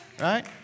Right